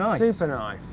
ah super nice